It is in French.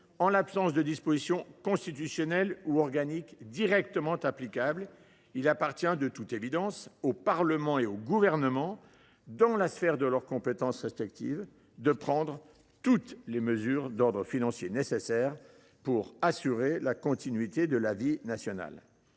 en l’absence de dispositions constitutionnelles ou organiques directement applicables, il appartient, de toute évidence, au Parlement et au Gouvernement, dans la sphère de leurs compétences respectives, de prendre toutes les mesures d’ordre financier nécessaires pour assurer la continuité de la vie nationale